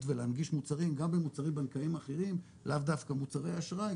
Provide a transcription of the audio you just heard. ולהנגיש מוצרים גם במוצרים בנקאיים אחרים לאו דווקא מוצרי אשראי,